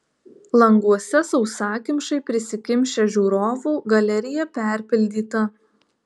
languose sausakimšai prisikimšę žiūrovų galerija perpildyta